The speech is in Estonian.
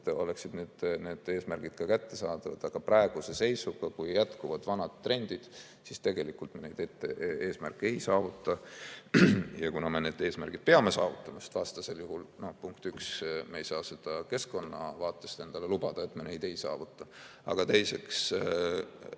oleksid need eesmärgid ka kättesaadavad, aga praeguse seisuga, kui jätkuvad vanad trendid, siis tegelikult me neid eesmärke ei saavuta. Aga me peame need eesmärgid saavutama, sest vastasel juhul, esiteks, me ei saa seda keskkonnavaatest endale lubada, et me neid ei saavuta, aga teiseks,